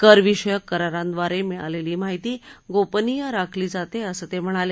करविषयक करारांद्वारे मिळालेली माहिती गोपनीय राखली जाते असं ते म्हणाले